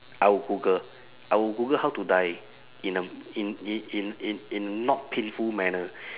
I would google I will google how to die in a in in in in not painful manner